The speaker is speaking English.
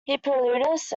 hippolytus